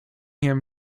him